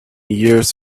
years